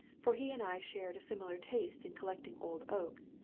for he and i shared a similar taste in collecting old oak,